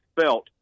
felt